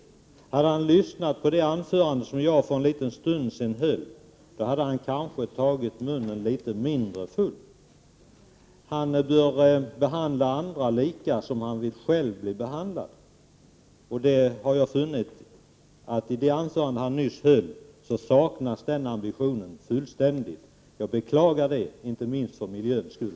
Om han hade lyssnat på det anförande som jag för en liten stund sedan höll, hade han kanske tagit munnen litet mindre full. Han bör behandla människor på det sätt som han själv vill bli behandlad. I det anförande som han nyss höll saknades den ambitionen fullständigt. Jag beklagar detta, inte minst för miljöns skull.